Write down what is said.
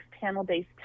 panel-based